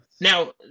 Now